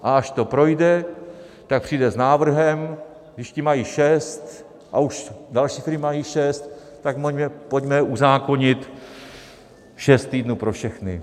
A až to projde, tak přijdou s návrhem, když ti mají šest a už jsou další, kteří mají šest, tak pojďme uzákonit šest týdnů pro všechny.